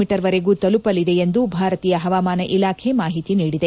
ಮಿ ವರೆಗೂ ತಲುಪಲಿದೆ ಎಂದು ಭಾರತೀಯ ಹವಾಮಾನ ಇಲಾಖೆ ಮಾಹಿತಿ ನೀಡಿದೆ